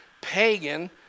Pagan